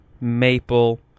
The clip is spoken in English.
maple